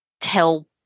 tell